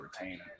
retain